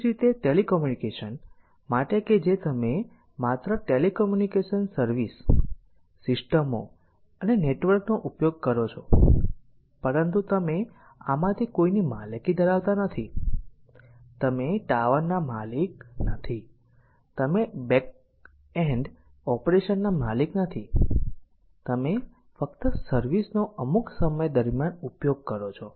એ જ રીતે ટેલિકમ્યુનિકેશન માટે કે જે તમે માત્ર ટેલિકમ્યુનિકેશન સર્વિસ સિસ્ટમો અને નેટવર્ક નો ઉપયોગ કરો છો પરંતુ તમે આમાંથી કોઈની માલિકી ધરાવતા નથી તમે ટાવરના માલિક નથી તમે બેકએન્ડ ઓપરેશન ના માલિક નથી તમે ફક્ત સર્વિસ નો અમુક સમય દરમિયાન ઉપયોગ કરો છો